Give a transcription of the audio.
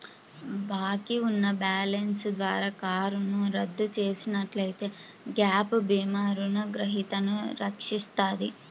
బాకీ ఉన్న బ్యాలెన్స్ ద్వారా కారును రద్దు చేసినట్లయితే గ్యాప్ భీమా రుణగ్రహీతను రక్షిస్తది